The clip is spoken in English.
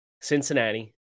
Cincinnati